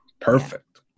Perfect